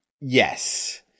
Yes